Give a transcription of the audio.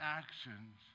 actions